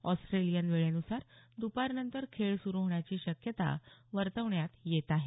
Australian वेळेनुसार दुपारनंतर खेळ सुरू होण्याची शक्यता वर्तवण्यात येत आहे